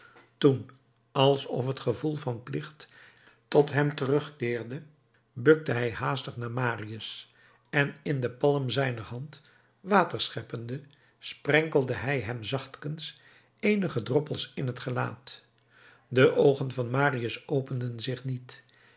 toen alsof het gevoel van plicht tot hem terugkeerde bukte hij haastig naar marius en in den palm zijner hand water scheppende sprenkelde hij hem zachtkens eenige droppels in t gelaat de oogen van marius openden zich niet